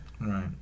Right